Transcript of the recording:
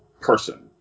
person